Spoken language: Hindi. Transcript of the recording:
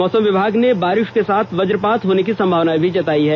मौसम विभाग ने बारिष के साथ वज्रपात होने की संभावना जतायी है